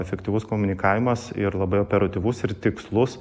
efektyvus komunikavimas ir labai operatyvus ir tikslus